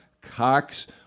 Cox